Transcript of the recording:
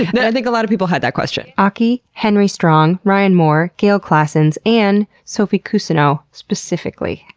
yeah i think a lot of people had that question. aki, henry strong, ryan moore, gayle klassens and sophie cousineau, specifically,